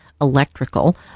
electrical